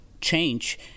change